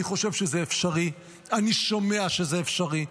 אני חושב שזה אפשרי, אני שומע שזה אפשרי.